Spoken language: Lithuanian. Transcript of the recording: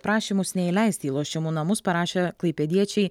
prašymus neįleisti į lošimų namus parašė klaipėdiečiai